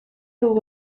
dugu